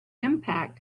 impact